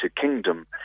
Kingdom